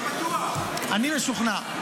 אני משוכנע.